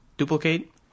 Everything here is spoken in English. duplicate